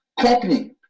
company